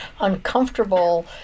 uncomfortable